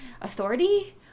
authority